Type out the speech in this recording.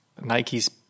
Nikes